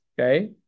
okay